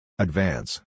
Advance